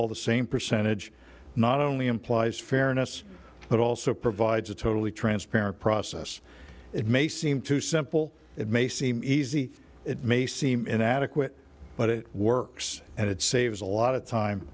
fall the same percentage not only implies fairness but also provides a totally transparent process it may seem too simple it may seem easy it may seem inadequate but it works and it saves a lot of time